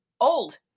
old